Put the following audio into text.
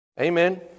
Amen